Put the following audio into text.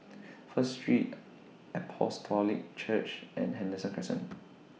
First Street Apostolic Church and Henderson Crescent